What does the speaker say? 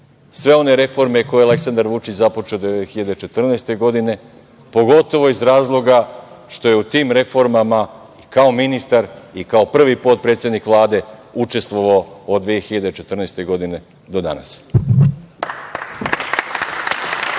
sve one reforme koje je Aleksandar Vučić započeo 2014. godine, pogotovo iz razloga što je u tim reformama i kao ministar i kao prvi potpredsednik Vlade učestvovao od 2014. godine do danas.